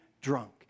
drunk